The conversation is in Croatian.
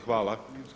Hvala.